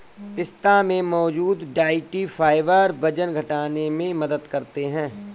पिस्ता में मौजूद डायट्री फाइबर वजन घटाने में मदद करते है